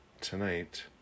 tonight